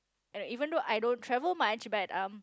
and even though I don't travel much but um